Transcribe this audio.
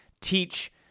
teach